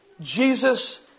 Jesus